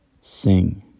sing